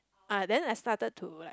ah then I started to like